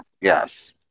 Yes